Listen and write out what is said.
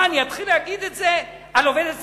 אני אתחיל להגיד את זה על עובדת סוציאלית,